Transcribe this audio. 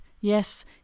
Yes